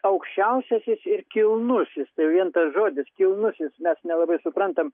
aukščiausiasis ir kilnusis tai vien tas žodis kilnusis mes nelabai suprantam